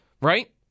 right